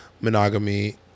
monogamy